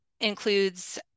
includes